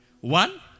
One